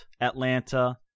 Atlanta